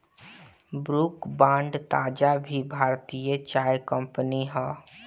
Brooke Bond ताज़ा भी भारतीय चाय कंपनी हअ